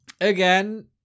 again